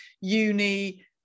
uni